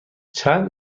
چند